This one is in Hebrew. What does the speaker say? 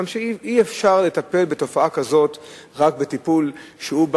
אי-אפשר לתת לתופעה כזאת רק טיפול שבא